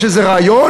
שיש איזה רעיון,